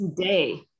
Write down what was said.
today